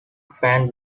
fan